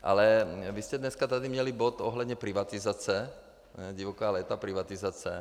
Ale vy jste dneska tady měli bod ohledně privatizace divoká léta privatizace.